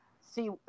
see